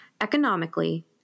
economically